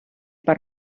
per